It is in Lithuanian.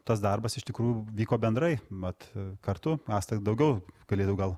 tas darbas iš tikrųjų vyko bendrai mat kartu asta ir daugiau galėtų gal